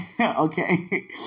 Okay